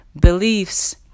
beliefs